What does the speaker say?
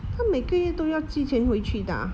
她每个月都要寄钱回去的 ah